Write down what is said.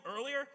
earlier